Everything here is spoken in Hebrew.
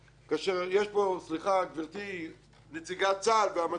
גבתי נציגת צה"ל והמתפ"ש,